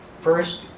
first